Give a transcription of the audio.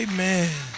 Amen